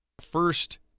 first